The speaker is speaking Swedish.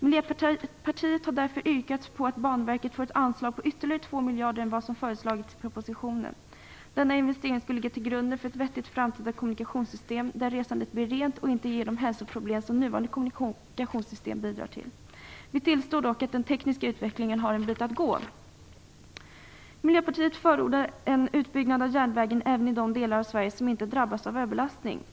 Miljöpartiet har därför yrkat på att Banverket får ett anslag på 2 miljarder mer än vad som föreslagits i propositionen. Denna investering skall ligga till grund för ett vettigt framtida kommunikationssystem där resandet blir rent och inte ger de hälsoproblem som nuvarande kommunikationssystem bidrar till. Vi tillstår dock att den tekniska utvecklingen har en bit att gå. Miljöpartiet förordar en utbyggnad av järnvägen även i de delar av Sverige som inte drabbats av överbelastning.